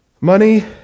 Money